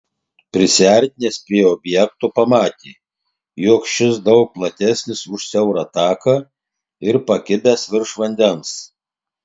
prisiartinęs prie objekto pamatė jog šis daug platesnis už siaurą taką ir pakibęs virš vandens